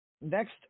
next